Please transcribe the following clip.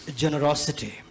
generosity